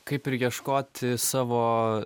kaip ir ieškoti savo